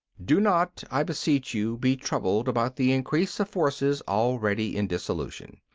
do not, i beseech you, be troubled about the increase of forces already in dissolution.